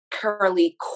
curly